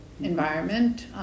environment